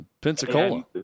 Pensacola